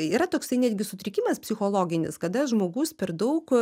yra toksai netgi sutrikimas psichologinis kada žmogus per daug